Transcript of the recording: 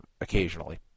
occasionally